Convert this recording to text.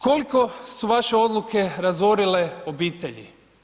Koliko su vaše odluke razorile obitelji?